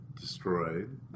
destroyed